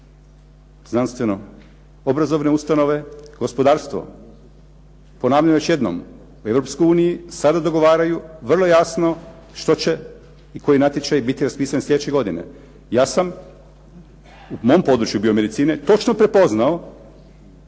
politika-znanstveno obrazovne ustanove–gospodarstvo? Ponavljam još jednom, u Europskoj uniji sada dogovaraju vrlo jasno što će i koji natječaj biti raspisan sljedeće godine. Ja sam u mom području biomedicine točno prepoznao